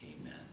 Amen